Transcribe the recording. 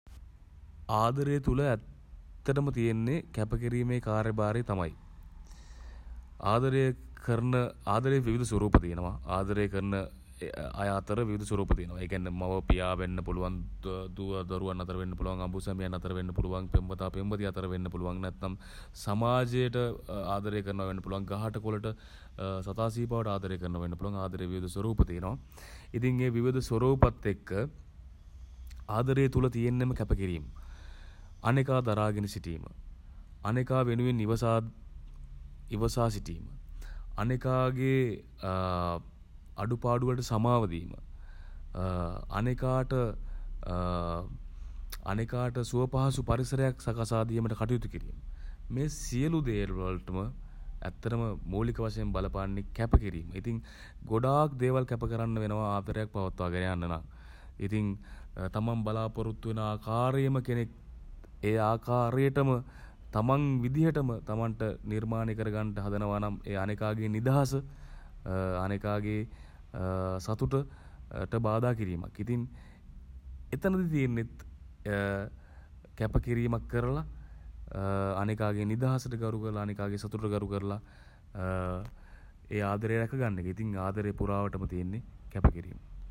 ආදරය තුළ ඇත්ත ටම තියෙන්නේ කැප කිරීමේ කාර්යභාරය තමයි. ආදරය කරන ආදරේ විවිධ ස්වරූප තියෙනවා. ආදරේ කරන අය අතර විවිධ ස්වරූප තියෙනවා. මව පියා වෙන්න පුළුවන්. දුවා දරුවන් අතර වෙන්න පුළුවන්. අඹු සැමියන් අතර වෙන්න පුළුවන්. පෙම්වතා පෙම්වතිය අතර වෙන්න පුළුවන්. නැත්නම් සමාජයට ආදරය කරනවා වෙන්න පුළුවන්. ගහට කොළට සතා සීපාවට ආදරය කරනව වෙන්න පුළුවන්. විවිධ ස්වරූප තියෙනවා. ඉතින් ඒ විවිධ ස්වරූපත් එක්ක ආදරය තුළ තියෙන්නෙම කැපකිරීම්. අනිකා දරාගෙන සිටීම. අනෙකා වෙනුවෙන් ඉවසා සිටීම. අනෙකාගේ අඩුපාඩුවලට සමාව දීම. අනෙකාට අනෙකාට සුවපහසු පරිසරයක් සකසා දීමට කටයුතු කිරීම. මේ සියලු දේවල්වලටම ඇත්තටම මූලික වශයෙන් බලපාන්නේ කැපකිරීම්. ඉතින් ගොඩාක් දේවල් කැපකරන්න වෙනවා ආදරයක් පවත්වාගෙන යන්න නම් ඉතින් තමන් බලාපොරොත්තු වන ආකාරයේම කෙනෙක් ඒ ආකාරයටම තමන් විදිහටම තමන්ට නිර්මාණය කරගන්න හදනවා නම් ඒ අනෙකාගේ නිදහස අනෙකාගේ සතුට ට බාධා කිරීමක්. ඉතින් එතැනදී තියෙන්නෙත් කැපකිරීමක් කරලා අනෙකාගේ නිදහසට ගරු කරල අනෙකාගේ සතුට ගරු කරල ඒ ආදරය රැකගන්න එක. ඉතින් ආදරය පුරාවටම තියෙන්නේ කැප කිරීම.